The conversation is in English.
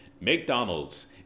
McDonald's